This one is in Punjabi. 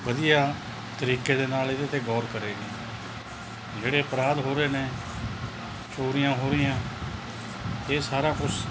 ਵਧੀਆ ਤਰੀਕੇ ਦੇ ਨਾਲ ਇਹਦੇ 'ਤੇ ਗੌਰ ਕਰੇਗੀ ਜਿਹੜੇ ਅਪਰਾਧ ਹੋ ਰਹੇ ਨੇ ਚੋਰੀਆਂ ਹੋ ਰਹੀਆਂ ਇਹ ਸਾਰਾ ਕੁਛ